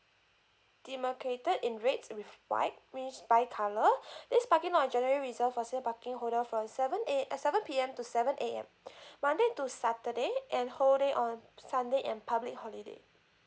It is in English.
demarcated in reds with white means bi colour this parking lot are generally reserved for season parking holder from seven A~ eh seven P_M to seven A_M monday to saturday and whole day on sunday and public holiday